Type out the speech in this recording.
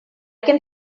can